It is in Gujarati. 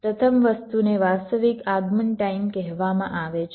પ્રથમ વસ્તુને વાસ્તવિક આગમન ટાઈમ કહેવામાં આવે છે